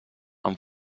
amb